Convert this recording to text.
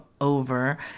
over